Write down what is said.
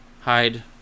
hide